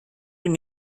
your